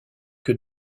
que